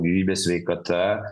gyvybe sveikata